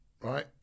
right